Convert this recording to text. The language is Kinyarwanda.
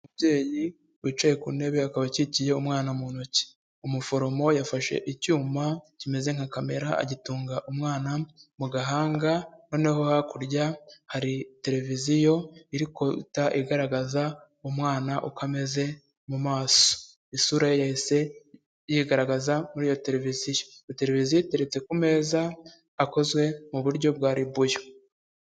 Umubyeyi wicaye ku ntebe akaba akikiye umwana mu ntoki. Umuforomo yafashe icyuma kimeze nka kamera agitunga umwana mu gahanga, noneho hakurya hari televiziyo iri guhita igaragaza umwana uko ameze mu maso, isura yahise yigaragaza muri iyo televiziyo. Iyo televiziyo iteretse ku meza akozwe mu buryo bwa ribuyu.